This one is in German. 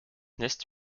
nest